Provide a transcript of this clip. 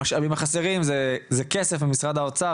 אחד המשאבים החסרים זה כסף ממשרד האוצר